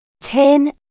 Ten